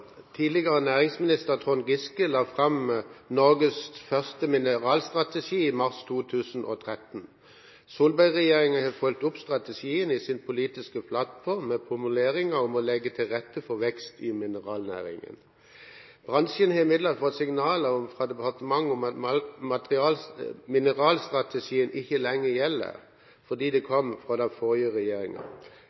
næringsminister Trond Giske la fram Norges første mineralstrategi i mars 2013. Solberg-regjeringen har fulgt opp strategien i sin politiske plattform, med formuleringer om å legge til rette for vekst i mineralnæringen. Bransjen har imidlertid fått signaler fra departementet om at mineralstrategien ikke lenger gjelder, fordi den kom fra den forrige